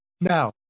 Now